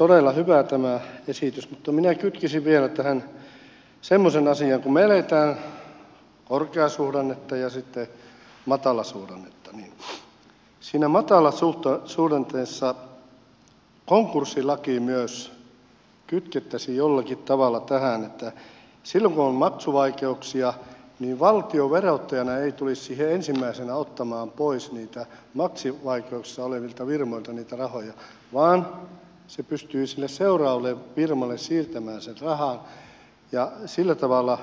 niin että tämä esitys on todella hyvä mutta minä kytkisin vielä tähän semmoisen asian että kun me elämme korkeasuhdannetta ja sitten matalasuhdannetta niin siinä matalasuhdanteessa konkurssilaki myös kytkettäisiin jollakin tavalla tähän niin että silloin kun on maksuvaikeuksia valtio verottajana ei tulisi siihen ensimmäisenä ottamaan pois niiltä maksuvaikeuksissa olevilta firmoilta niitä rahoja vaan se pystyy sille seuraavalle firmalle siirtämään sen rahan ja sillä tavalla